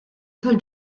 tal